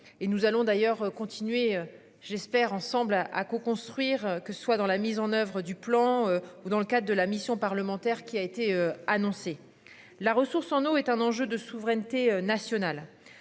nous allons d'ailleurs continuer j'espère ensemble à co-construire que ce soit dans la mise en oeuvre du plan ou dans le cadre de la mission parlementaire qui a été annoncé la ressource en eau est un enjeu de souveraineté nationale.